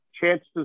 chances